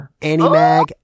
Animag